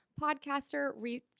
podcaster